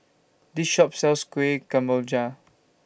This Shop sells Kueh Kemboja